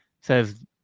says